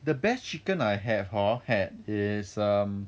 the best chicken I have hor had is um